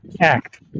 act